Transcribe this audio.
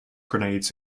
grenades